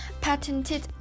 patented